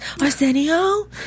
Arsenio